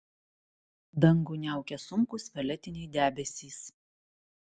dangų niaukė sunkūs violetiniai debesys